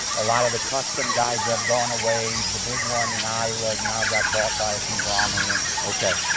a lot of the custom guys have gone away. the big one in iowa now got bought by a conglomerate. okay.